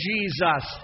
Jesus